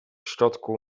środku